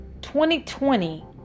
2020